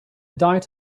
diet